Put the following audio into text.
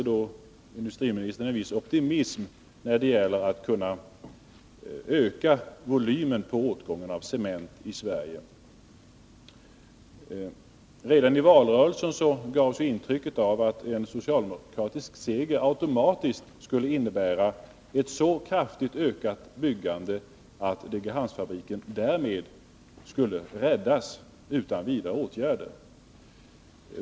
Industriministern andas här en viss optimism när det gäller att kunna öka åtgången av cement i Sverige. Redan i valrörelsen gavs ju intryck av att en socialdemokratisk seger automatiskt skulle innebära ett så kraftigt ökat byggande att Degerhamnsfabriken därmed skulle räddas utan vidare åtgärder.